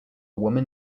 woman